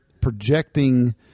projecting